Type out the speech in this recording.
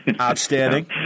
Outstanding